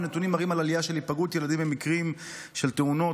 הנתונים מראים עלייה בהיפגעות ילדים במקרים של תאונות,